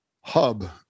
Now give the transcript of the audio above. hub